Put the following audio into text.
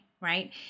right